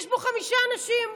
יש בו חמישה אנשים,